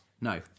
No